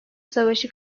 savaşı